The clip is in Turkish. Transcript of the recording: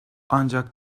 ancak